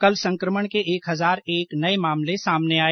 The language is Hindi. कल संक्रमण के एक हजार एक नए मामले सामने आए